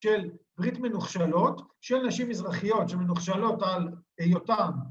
‫של ברית מנוכשלות, ‫של נשים אזרחיות שמנוכשלות על היותן